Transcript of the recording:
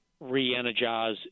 re-energize